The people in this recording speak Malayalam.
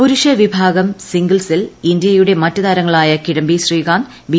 പുരുഷ വിഭാഗം സിംഗിൾസിൽ ഇന്ത്യയുടെ മറ്റ് താരങ്ങളായ കിഡംബി ശ്രീകാന്ത് ബി